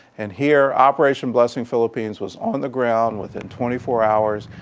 and here operation blessing philippines was on the ground within twenty four hours,